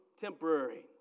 temporary